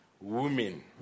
women